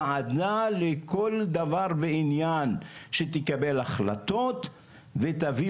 ועדה לכל דבר ועניין שתקבל החלטות ותביא